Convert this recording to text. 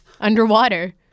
underwater